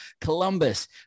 Columbus